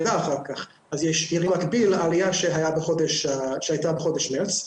לראות ירידה אחר כך במקביל לעליה שהייתה בחודש מארס,